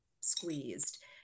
squeezed